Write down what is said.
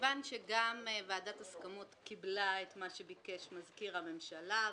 כיוון שגם ועדת הסכמות קיבלה את מה שביקש מזכיר הממשלה,